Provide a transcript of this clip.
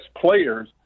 players